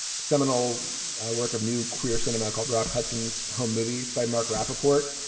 seminal work of new queer cinema called rock hudson's home movies by mark rapaport.